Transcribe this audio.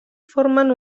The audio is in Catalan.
formen